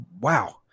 wow